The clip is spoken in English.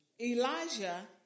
Elijah